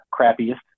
crappiest